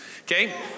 Okay